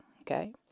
Okay